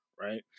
right